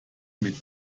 mit